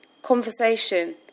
conversation